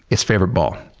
its favorite ball.